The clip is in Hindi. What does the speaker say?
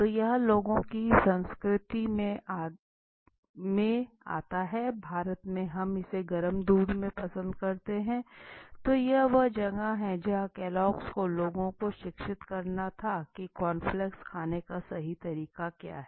तो यह लोगों की संस्कृति में आदत है भारत में हम इसे गर्म दूध में पसंद करते हैं तो यह वह जगह है जहाँ केलॉग को लोगों को शिक्षित करना था की कॉर्नफ़्लेक्स खाने का सही तरीका क्या है